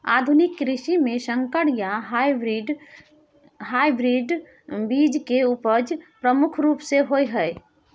आधुनिक कृषि में संकर या हाइब्रिड बीज के उपजा प्रमुख रूप से होय हय